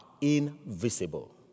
invisible